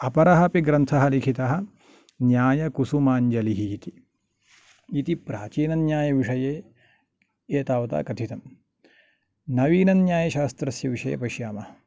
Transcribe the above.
अपरः अपि ग्रन्थः लिखितः न्यायकुसुमाञ्जलिः इति इति प्राचीनन्यायविषये एतावता कथितम् नवीन न्यायशास्त्रस्य विषये पश्यामः